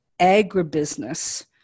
agribusiness